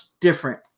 different